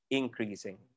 increasing